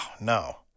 no